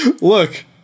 Look